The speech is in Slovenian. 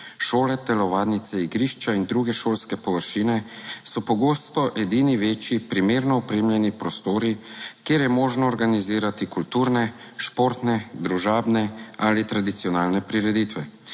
Šole, telovadnice, igrišča in druge šolske površine so pogosto edini večji primerno opremljeni prostori, kjer je možno organizirati kulturne, športne, družabne ali tradicionalne prireditve.